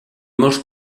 molts